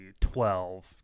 twelve